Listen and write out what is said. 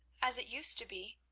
as it used to be,